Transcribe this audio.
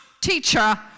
Teacher